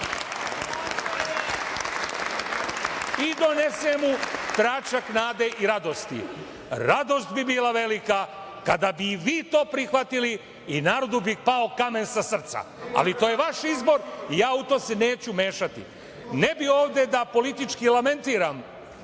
i donese mu tračak nade i radosti. Radost bi bila velika kada bi i vi to prihvatili i narodu bi pao kamen sa srca, ali to je vaš izbor i ja se u to neću mešati. Ne bih ovde da politički lamentiram,